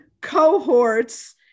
cohorts